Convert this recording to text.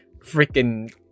freaking